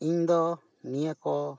ᱤᱧ ᱫᱚ ᱱᱤᱭᱟᱹ ᱠᱚ